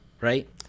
right